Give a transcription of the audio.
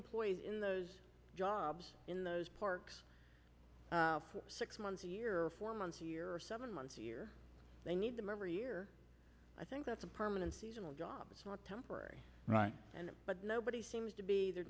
employees in those jobs in those parks for six months a year four months a year seven months a year they need them every year i think that's a permanent job it's not temporary right and but nobody seems to be there